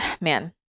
man